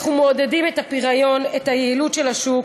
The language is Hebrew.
אנחנו מעודדים את הפריון, את היעילות של השוק,